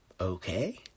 Okay